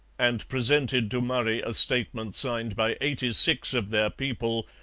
and presented to murray a statement signed by eighty-six of their people,